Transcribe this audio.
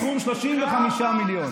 הסכום 35 מיליון.